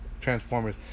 Transformers